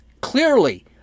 clearly